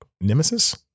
nemesis